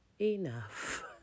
enough